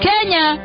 Kenya